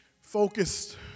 focused